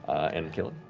and caleb?